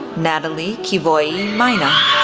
natalie kivoi maina,